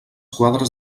quadres